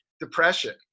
depression